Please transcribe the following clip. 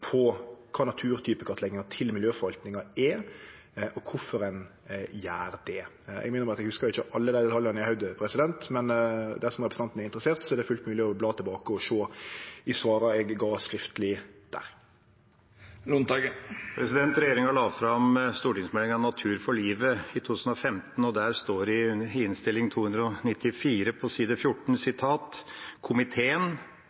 på kva naturtypekartlegginga til miljøforvaltninga er, og kvifor ein gjer det. Eg må innrømme at eg ikkje hugsar alle dei detaljane i hovudet, men dersom representanten er interessert, er det fullt mogeleg å bla tilbake og sjå i svara eg gav skriftlig der. Regjeringa la fram stortingsmeldinga Natur for livet i 2015, og i Innst. 294 S for 2015–2016, på